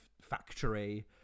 factory